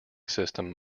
system